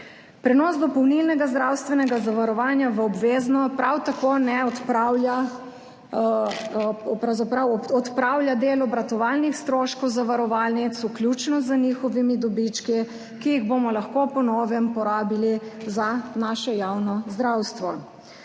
Prenos dopolnilnega zdravstvenega zavarovanja v obvezno prav tako odpravlja del obratovalnih stroškov zavarovalnic, vključno z njihovimi dobički, ki jih bomo lahko po novem porabili za naše javno zdravstvo.